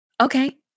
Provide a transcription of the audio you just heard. Okay